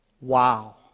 Wow